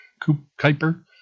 Kuiper